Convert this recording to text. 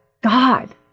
God